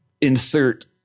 insert